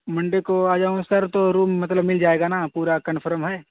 Monday کو آ جاؤں سر تو روم مطلب مل جائے گا نہ پورا کنفرم ہے